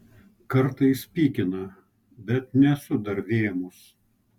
kartais pykina bet nesu dar vėmus